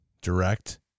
direct